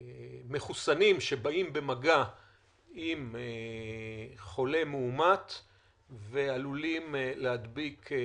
ב שבו היקף חולים מאומתים יהיה יחסית גדול והיקף חולים קשים יהיה נמוך,